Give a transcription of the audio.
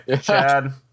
Chad